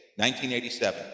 1987